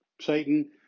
Satan